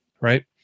right